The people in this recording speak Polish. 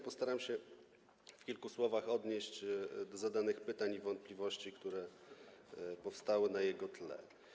Postaram się w kilku słowach odnieść się do zadanych pytań i wątpliwości, które powstały na jego tle.